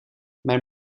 mijn